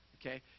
okay